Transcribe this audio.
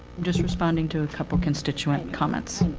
just responding to a couple constituent comments.